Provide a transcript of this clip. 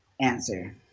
answer